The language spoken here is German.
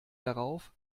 darauf